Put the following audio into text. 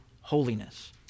holiness